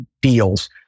deals